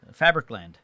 Fabricland